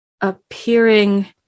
appearing